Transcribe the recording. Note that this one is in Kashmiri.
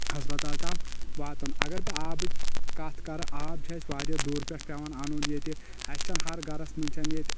ہسپتال تام واتُن اگر بہٕ آبٕچ کتھ کرٕ آب چھ اسہِ واریاہ دوٗرِ پٮ۪ٹھ پیٚوان انُن یتہِ اسۍ چھنہٕ ہر گرس منٛز چھنہٕ ییٚتہِ